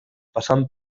passant